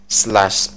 slash